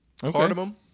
Cardamom